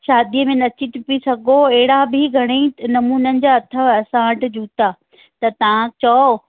शादीअ में नची टपी सघो अहिड़ा बि घणे ई नमूननि जा अथव असां वटि जूता त तव्हां चओ